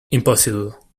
impossible